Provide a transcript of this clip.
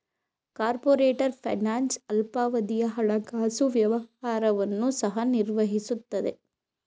corporate finance ಅಲ್ಪಾವಧಿಯ ಹಣಕಾಸು ವ್ಯವಹಾರವನ್ನು ಸಹ ನಿರ್ವಹಿಸುತ್ತದೆ